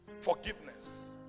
forgiveness